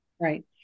Right